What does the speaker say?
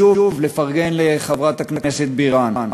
שוב לפרגן לחברת הכנסת בירן,